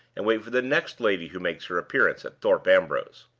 and wait for the next lady who makes her appearance at thorpe ambrose.